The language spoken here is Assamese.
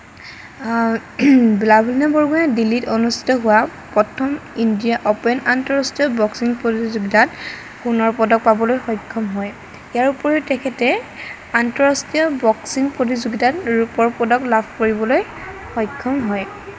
লাভলীনা বৰগোহাঁইয়ে দিল্লীত অনুস্থিত হোৱা প্ৰথম ইন্দীৰা অ'পেন আন্তঃৰাষ্ট্ৰীয় বস্কিং প্ৰতিযোগিতাত সোণৰ পদক পাবলৈ সক্ষম হয় ইয়াৰ উপৰিও তেখেতে আন্তঃৰাষ্ট্ৰীয় বক্সিং প্ৰতিযোগিতাত ৰূপৰ পদক লাভ কৰিবলৈ সক্ষম হয়